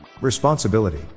Responsibility